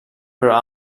però